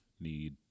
need